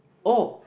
oh